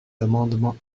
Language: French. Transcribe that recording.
amendements